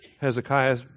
Hezekiah